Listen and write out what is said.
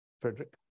Frederick